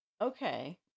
Okay